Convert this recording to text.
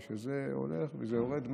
וזה הולך ויורד מטה,